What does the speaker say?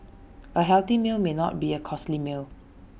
A healthy meal may not be A costly meal